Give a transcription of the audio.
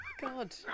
God